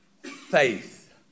faith